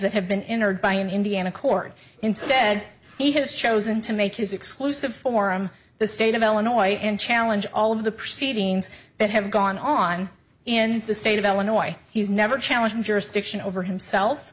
that have been injured by an indiana chord instead he has chosen to make his exclusive for him the state of illinois and challenge all of the proceedings that have gone on in the state of illinois he's never challenged jurisdiction over himself